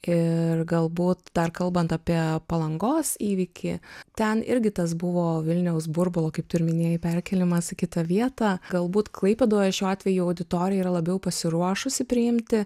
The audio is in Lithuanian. ir galbūt dar kalbant apie palangos įvykį ten irgi tas buvo vilniaus burbulo kaip tu ir minėjai perkėlimas į kitą vietą galbūt klaipėdoje šiuo atveju auditorija yra labiau pasiruošusi priimti